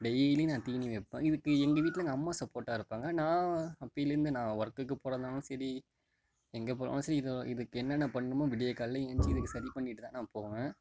டெய்லியும் நான் தீனி வைப்பேன் இதுக்கு எங்கள் வீட்டில் எங்கள் அம்மா சப்போட்டாக இருப்பாங்க நான் அப்பைலர்ந்து நான் ஒர்க்குக்கு போறதாக இருந்தாலும் சரி எங்கே போனாலும் சரி இது இதுக்கு என்னென்ன பண்ணுமோ விடிய காலையில ஏஞ்சி இதுக்கு சரிப்பண்ணிவிட்டு தான் நான் போவேன்